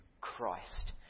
Christ